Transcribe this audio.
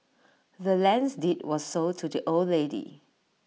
the land's deed was sold to the old lady